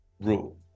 rule